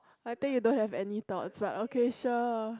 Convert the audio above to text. I think you don't have any thoughts like okay sure